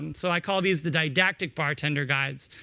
and so i call these the didactic bartender guides.